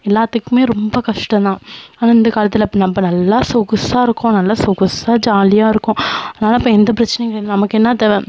எல்லாத்துக்குமே ரொம்ப கஷ்டம் தான் ஆனால் இந்த காலத்தில் அப் நம்ம நல்லா சொகுசாக இருக்கோம் நல்லா சொகுசாக ஜாலியாக இருக்கோம் அதனால் இப்போ எந்த பிரச்சனையும் கிடையாது நமக்கு என்ன தேவை